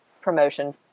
promotion